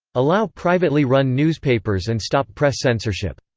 allow privately run newspapers and stop press censorship.